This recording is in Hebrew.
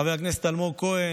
חבר הכנסת אלמוג כהן,